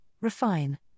refine